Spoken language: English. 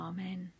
Amen